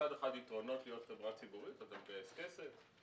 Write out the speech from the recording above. מצד אחד יתרונות להיות חברה ציבורית אתה מגייס כסף,